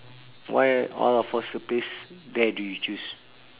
why out of all the place there do you choose